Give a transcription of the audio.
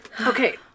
Okay